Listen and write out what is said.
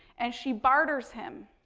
and she barters him